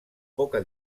poca